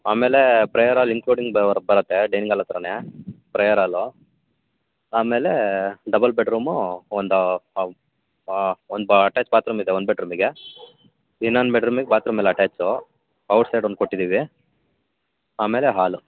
ಆಮೇಲೆ prayer hall including ಹೊರ್ಗ್ ಬರುತ್ತೆ ಡೈನಿಂಗ್ ಆಲ್ ಹತ್ರನೇ ಪ್ರೇಯರ್ ಆಲು ಆಮೇಲೆ ಡಬಲ್ ಬೆಡ್ರೂಮು ಒಂದು ಒನ್ ಬ ಅಟ್ಯಾಚ್ ಬಾತ್ರೂಮ್ ಇದೆ ಒನ್ ಬೆಡ್ರೂಮಿಗೆ ಇನ್ನೊಂದು ಬೆಡ್ರೂಮಿಗೆ ಬಾತ್ರೂಮ್ ಇಲ್ಲ ಅಟ್ಯಾಚು ಔಟ್ ಸೈಡ್ ಒಂದು ಕೊಟ್ಟಿದ್ದೀವಿ ಆಮೇಲೆ ಹಾಲು